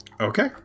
Okay